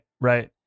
Right